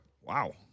Wow